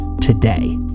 today